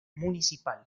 municipal